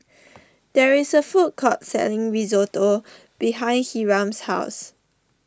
there is a food court selling Risotto behind Hiram's house